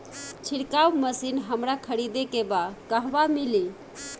छिरकाव मशिन हमरा खरीदे के बा कहवा मिली?